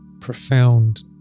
profound